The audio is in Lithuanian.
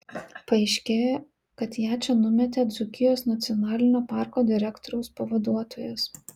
paaiškėjo kad ją čia numetė dzūkijos nacionalinio parko direktoriaus pavaduotojas